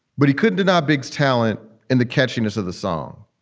but he couldn't deny big's talent in the catchiness of the song.